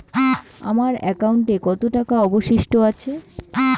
আমার একাউন্টে কত টাকা অবশিষ্ট আছে?